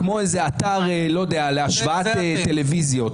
כמו איזה אתר להשוואת טלוויזיות.